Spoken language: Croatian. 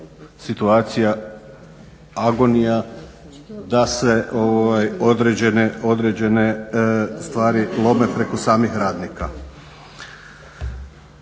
situacija, agonija da se određene stvari lome preko samih radnika.